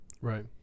Right